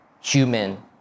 human